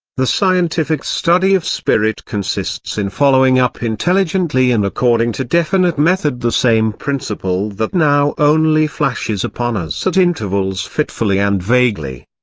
the scientific study of spirit consists in following up intelligently and according to definite method the same principle that now only flashes upon us at intervals fitfully and vaguely.